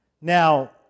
Now